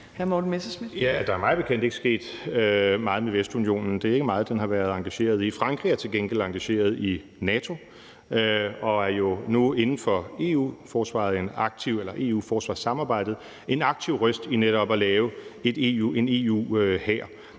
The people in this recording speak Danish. Der er mig bekendt ikke sket meget med Vestunionen. Det er ikke meget, den har været engageret i. Frankrig er til gengæld engageret i NATO og er jo nu inden for EU-forsvarssamarbejdet en aktiv røst i forhold til netop at lave en EU-hær.